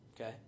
okay